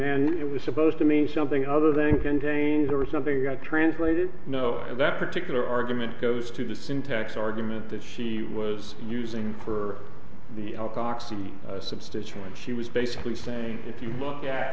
then it was supposed to mean something other than contains or something got translated that particular argument goes to the syntax argument that she was using per the poxy substance when she was basically saying if you look at